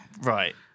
Right